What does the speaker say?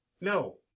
No